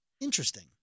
Interesting